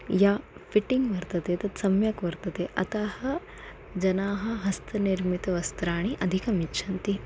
या fitting वर्तते तत् सम्यक् वर्तते अतः जनाः हस्तनिर्मितवस्त्राणि अधिकम् इच्छन्ति